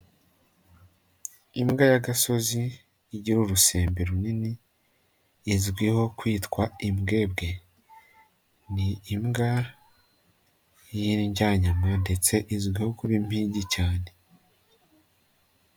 Imbwa ya' gasozi, igira urusembe runini, izwiho kwitwa imbwebwe. Ni imbwa y'indyanyama ndetse izwiho kuba impigi cyane.